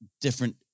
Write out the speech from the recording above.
different